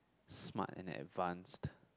smart and advanced